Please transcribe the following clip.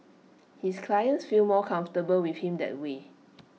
his clients feel more comfortable with him that way